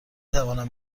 توانم